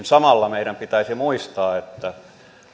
samalla meidän pitäisi muistaa että